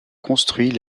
construit